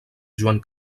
joan